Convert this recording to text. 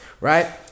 Right